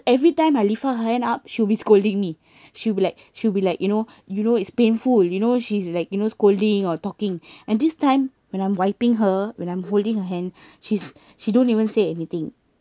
every time I leave her hand up she will be scolding me she'll be like she'll be like you know you know it's painful you know she's like you know scolding or talking and this time when I'm wiping her when I'm holding her hand she's she don't even say anything